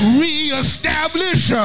reestablish